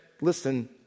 listen